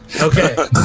Okay